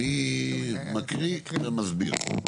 מי מקריא ומסביר?